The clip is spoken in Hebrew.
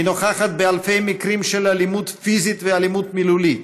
היא נוכחת באלפי מקרים של אלימות פיזית ואלימות מילולית,